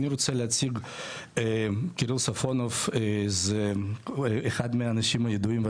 אני רוצה להציג את קיריל ספונוב זה אחד מהאנשים הידועים,